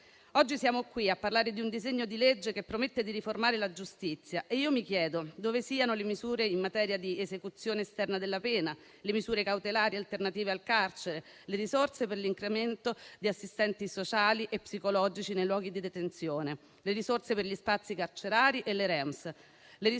Oggi siamo qui a parlare di un disegno di legge che promette di riformare la giustizia e io mi chiedo dove siano le misure in materia di esecuzione esterna della pena, le misure cautelari alternative al carcere, le risorse per l'incremento di assistenti sociali e psicologici nei luoghi di detenzione, le risorse per gli spazi carcerari e le REMS, le risorse per